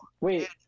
wait